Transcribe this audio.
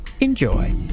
enjoy